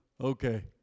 Okay